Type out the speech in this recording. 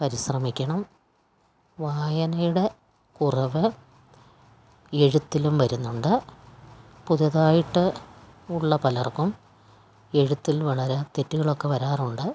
പരിശ്രമിക്കണം വായനയുടെ കുറവ് എഴുത്തിലും വരുന്നുണ്ട് പുതുതായിട്ട് ഉള്ള പലർക്കും എഴുത്തിൽ വളരെ തെറ്റുകളൊക്കെ വരാറുണ്ട്